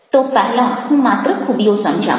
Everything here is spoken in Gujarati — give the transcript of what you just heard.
તો પહેલાં હું માત્ર ખૂબીઓ સમજાવું